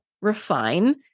refine